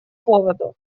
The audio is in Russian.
поводу